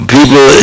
People